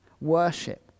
worship